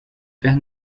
père